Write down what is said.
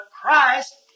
Christ